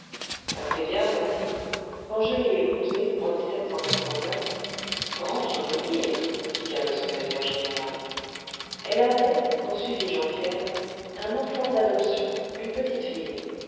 assez bien merci quand je l'ai épousée en grand souvenir piqua le secrétaire général elle avait poursuivit jean pierre un enfant d'adoption une petite fille